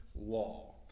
law